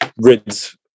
grids